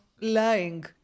lying